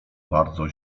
bardzo